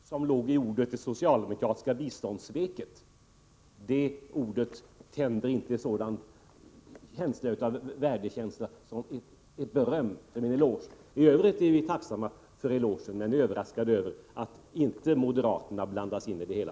Internationellt ut Herr talman! Det kan inte vara en eloge som låg i orden ”det socialdemovecklingssamarbekratiska biståndssveket”. De orden tänder inte en känsla av beröm. I övrigt tem. m är vi tacksamma för elogen men överraskade över att inte moderaterna blandas in i det hela.